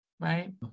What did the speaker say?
right